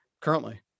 currently